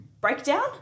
breakdown